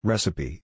Recipe